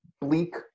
bleak